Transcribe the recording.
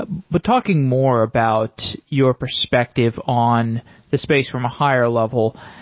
ah but talking more about your perspective on the space from a higher level,